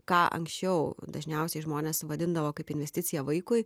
ką anksčiau dažniausiai žmonės vadindavo kaip investiciją vaikui